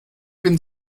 bin